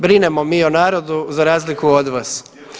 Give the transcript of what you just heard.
Brinemo mi o narodu za razliku od vas.